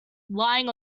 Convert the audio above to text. lying